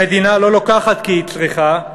המדינה לא לוקחת כי היא צריכה,